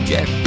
Jack